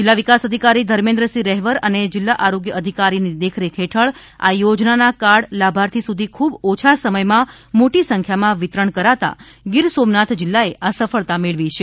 જિલ્લા વિકાસ અધિકારી ધર્મેન્દ્રસિંહ રહેવર અને જિલ્લા આરોગ્ય અધિકારીની દેખરેખ હેઠળ આ યોજનાના કાર્ડ લાભાર્થી સુધી ખૂબ ઓછા સમયમાં મોટી સંખ્યામાં વિતરણ કરાતા ગીરસોમનાથ જિલ્લાએ આ સફળતા મેળવી છે